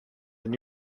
and